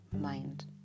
mind